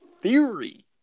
Theory